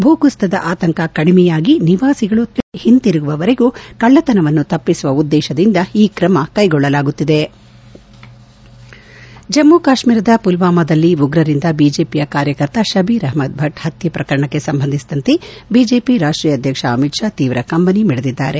ಭೂಕುಸಿತದ ಆತಂಕ ಕಡಿಮೆಯಾಗಿ ನಿವಾಸಿಗಳು ತಮ್ಮ ಮನೆಗಳಿಗೆ ಒಂದಿರುಗುವವರೆಗೂ ಕಳ್ಳತನವನ್ನು ತಪ್ಪಿಸುವ ಉದ್ದೇಶದಿಂದ ಈ ಕ್ರಮ ಕೈಗೊಳ್ಳಲಾಗುತ್ತಿದೆ ಜಮ್ಮ ಕಾಶ್ಮೀರದ ಪಲ್ವಾಮದಲ್ಲಿ ಉಗ್ರರಿಂದ ಬಿಜೆಪಿಯ ಕಾರ್ಯಕರ್ತ ಶಬೀರ್ ಅಪಮದ್ ಭಟ್ ಪತ್ತೆ ಪ್ರಕರಣಕ್ಕೆ ಸಂಬಂಧಿಸಿದಂತೆ ಬಿಜೆಪಿ ರಾಷ್ಟೀಯ ಅಧ್ಯಕ್ಷ ಅಮಿತ್ ಷಾ ತೀವ್ರ ಕಂಬನಿ ಮಿಡಿದಿದ್ದಾರೆ